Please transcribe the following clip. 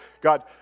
God